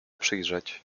przyjrzeć